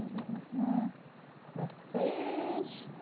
listener message.